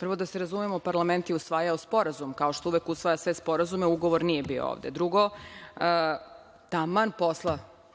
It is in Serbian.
Prvo da se razumemo, parlament je usvajao sporazum, kao što uvek usvaja sve sporazume. Ugovor nije bio ovde. Drugo, taman posla